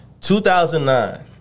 2009